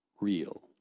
real